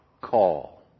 call